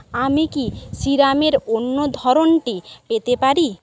আমি কি সিরামের অন্য ধরনটি পেতে পারি